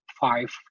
five